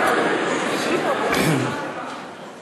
אורי, לא.